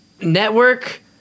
network